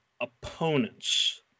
opponents